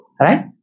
Right